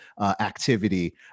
activity